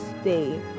stay